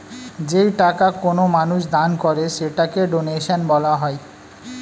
যেই টাকা কোনো মানুষ দান করে সেটাকে ডোনেশন বলা হয়